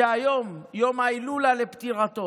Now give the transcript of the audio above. שהיום יום ההילולה לפטירתו.